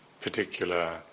particular